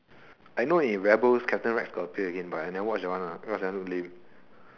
I know in rebels captain Rex got appear again but I never watch that one ah because that one lame